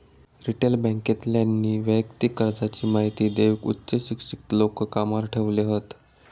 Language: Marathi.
रिटेल बॅन्केतल्यानी वैयक्तिक कर्जाची महिती देऊक उच्च शिक्षित लोक कामावर ठेवले हत